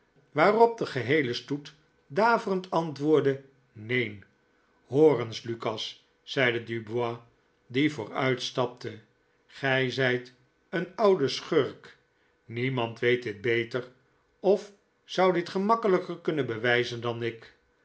waarop de geheele stoet daverend antwoordde neen hoor eens lukas zeide dubois die vooruitstapte gij zijt een oude schurk niemand weet dit beter of zou dit gemakkelijker kunnen bewijzen dan ik